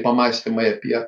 pamąstymai apie